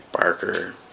Barker